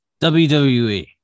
WWE